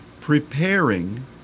preparing